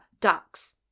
ducks